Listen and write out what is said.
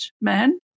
man